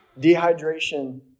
Dehydration